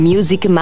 Music